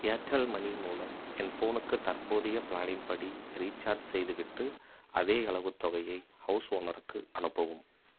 Airtel money மூலம் என் ஃபோனுக்கு தற்போதைய ப்ளானின் படி ரீசார்ஜ் செய்துவிட்டு அதே அளவு தொகையை ஹவுஸ் ஓனருக்கும் அனுப்பவும்